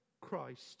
christ